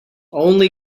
only